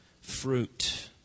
fruit